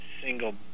single